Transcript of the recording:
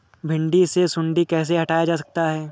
भिंडी से सुंडी कैसे हटाया जा सकता है?